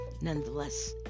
nonetheless